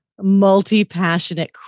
multi-passionate